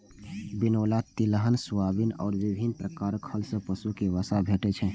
बिनौला, तिलहन, सोयाबिन आ विभिन्न प्रकार खल सं पशु कें वसा भेटै छै